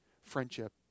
friendship